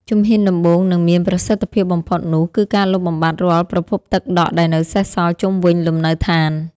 ជំហានដំបូង និងមានប្រសិទ្ធភាពបំផុតនោះគឺការលុបបំបាត់រាល់ប្រភពទឹកដក់ដែលនៅសេសសល់ជុំវិញលំនៅដ្ឋាន។